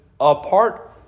apart